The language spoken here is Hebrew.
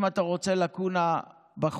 אם אתה רוצה לקונה בחוק,